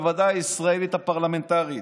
בוודאי הישראלית הפרלמנטרית.